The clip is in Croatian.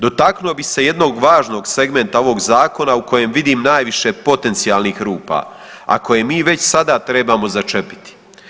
Dotaknuo bih se jednog važnog segmenta ovog zakona u kojem vidim najviše potencijalnih rupa, a koje mi već sada trebamo začepiti.